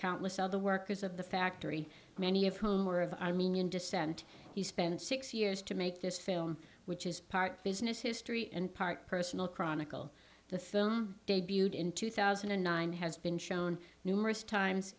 countless other workers of the factory many of whom were of descent he spent six years to make this film which is part business history and part personal chronicle the film debuted in two thousand and nine has been shown numerous times